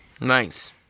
Nice